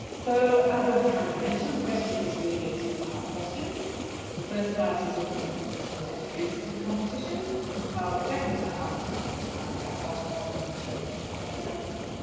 so as i've kind of mentioned the question is really a two-part question the first part is looking for musical entries to the competition while the second part wants to find out why none of them were chosen as the anthem?